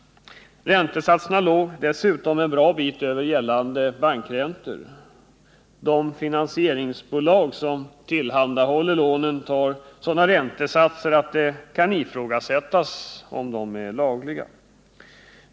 Räntesatserna låg dessutom en bra bit över gällande bankräntor. De finansieringsbolag som tillhandahåller lånen tar sådana räntesatser att det kan ifrågasättas om de är lagliga.